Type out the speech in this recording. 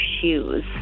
shoes